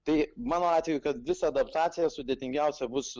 tai mano atveju kad visa adaptacija sudėtingiausia bus